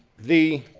the